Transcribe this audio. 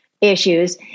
issues